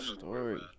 story